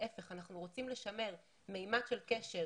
להיפך, אנחנו רוצים לשמר ממד של קשר